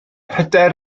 hyder